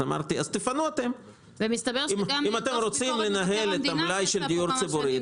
אם אתם רוצים לנהל את המלאי של דיור ציבורי,